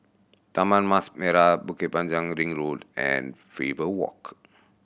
Taman Mas Merah Bukit Panjang Ring Road and Faber Walk